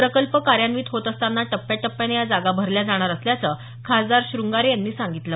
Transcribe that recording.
प्रकल्प कार्यान्वित होत असताना टप्प्याटप्प्यानं या जागा भरल्या जाणार असल्याचं खासदार शृंगारे यांनी सांगितलं